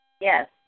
Yes